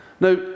Now